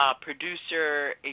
producer